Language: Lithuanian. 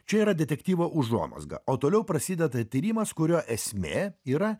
čia yra detektyvo užuomazga o toliau prasideda tyrimas kurio esmė yra